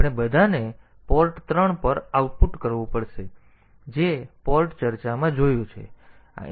તેથી આપણે બધાને પોર્ટ 3 પર આઉટપુટ કરવું પડશે જે આપણે પોર્ટ ચર્ચામાં જોયું છે